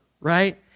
right